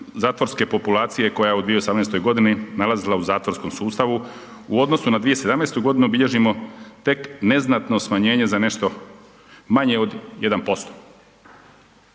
zatvorske populacije koja se u 2018. godini nalazila u zatvorskom sustavu u odnosu na 2017. godinu bilježimo tek neznatno smanjenje za nešto manje od 1%.